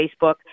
Facebook